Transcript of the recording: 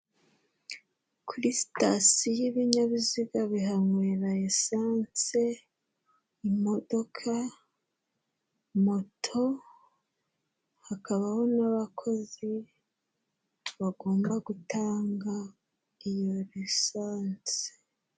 Kuri sitasiyo ibinyabiziga bihanywera esanse imodoka, moto, hakabaho n'abakozi bagomba gutanga iyo esanse.